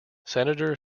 senator